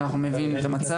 אבל אנחנו מבינים את המצב.